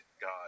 God